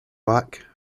back